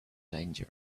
danger